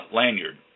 lanyard